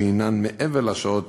שהן מעבר לשעות